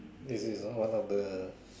is this one of the